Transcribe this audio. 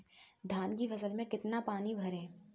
धान की फसल में कितना पानी भरें?